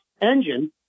engine